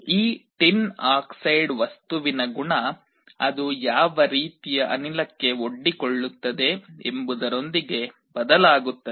ಈ tin dioxide ವಸ್ತುವಿನ ಗುಣ ಅದು ಯಾವ ರೀತಿಯ ಅನಿಲಕ್ಕೆ ಒಡ್ಡಿಕೊಳ್ಳುತ್ತದೆ ಎಂಬುದರೊಂದಿಗೆ ಬದಲಾಗುತ್ತದೆ